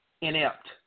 inept